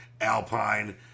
Alpine